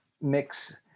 mix